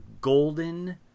golden